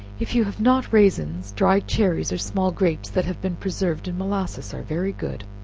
if you have not raisins, dried cherries or small grapes, that have been preserved in molasses, are very good,